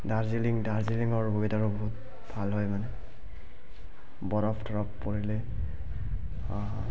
দাৰ্জিলিং দাৰ্জিলিঙৰ ৱেডাৰো বহুত ভাল হয় মানে বৰফ তৰফ পৰিলে